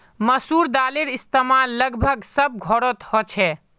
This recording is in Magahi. मसूर दालेर इस्तेमाल लगभग सब घोरोत होछे